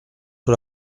sur